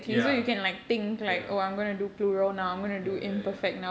ya ya ya ya ya